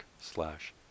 slash